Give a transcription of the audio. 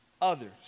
others